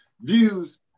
Views